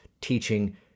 teaching